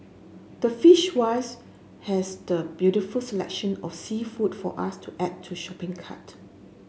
the Fishwives has the beautiful selection of seafood for us to add to shopping cart